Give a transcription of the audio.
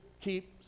keep